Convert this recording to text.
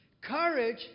Courage